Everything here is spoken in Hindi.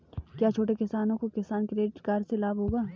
क्या छोटे किसानों को किसान क्रेडिट कार्ड से लाभ होगा?